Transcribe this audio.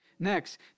Next